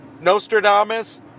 Nostradamus